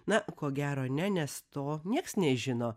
na ko gero ne nes to nieks nežino